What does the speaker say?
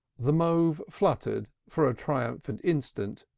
the mauve fluttered for a triumphant instant,